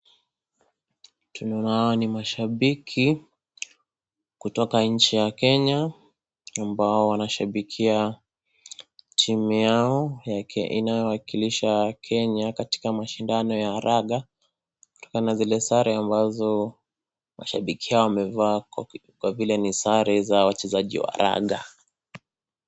Tunaona ni mashabiki, kutoka nchi ya Kenya, ambao wanashabikia timu yao ya inayowakilisha Kenya katika mashindano ya raga, kutokana na zile sare ambazo mashabiki hao wamevaa, kwa vile ni sare za wachezaji wa raga.